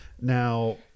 Now